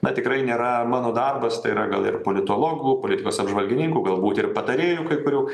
na tikrai nėra mano darbas tai yra gal ir politologų politikos apžvalgininkų galbūt ir patarėjų kai kurių